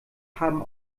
haben